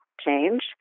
change